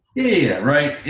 yeah right.